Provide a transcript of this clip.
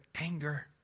anger